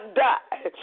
die